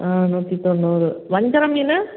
ம் நூற்றி தொண்ணூறு வஞ்சரம் மீன்